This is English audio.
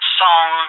song